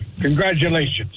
Congratulations